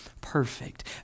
perfect